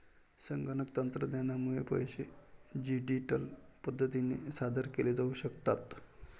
संगणक तंत्रज्ञानामुळे पैसे डिजिटल पद्धतीने सादर केले जाऊ शकतात